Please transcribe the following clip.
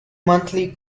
monthly